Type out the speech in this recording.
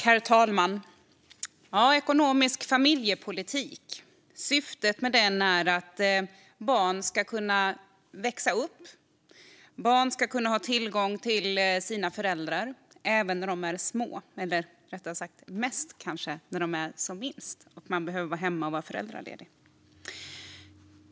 Herr talman! Syftet med ekonomisk familjepolitik är att barn ska kunna växa upp och ha tillgång till sina föräldrar när de är små och kanske mest när de är som minst. Det är då någon behöver vara hemma och vara föräldraledig.